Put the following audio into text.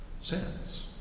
sins